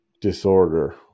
disorder